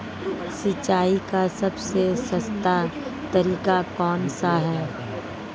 सिंचाई का सबसे सस्ता तरीका कौन सा है?